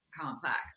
complex